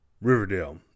Riverdale